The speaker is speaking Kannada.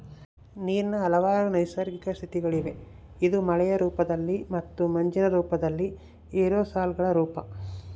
ನೀರಿನ ಹಲವಾರು ನೈಸರ್ಗಿಕ ಸ್ಥಿತಿಗಳಿವೆ ಇದು ಮಳೆಯ ರೂಪದಲ್ಲಿ ಮತ್ತು ಮಂಜಿನ ರೂಪದಲ್ಲಿ ಏರೋಸಾಲ್ಗಳ ರೂಪ